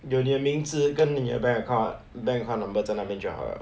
有你的名字跟你的 bank account bank account number 在那边就好 liao